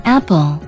Apple